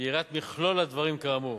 בראיית מכלול הדברים כאמור,